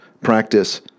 practice